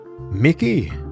Mickey